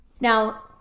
Now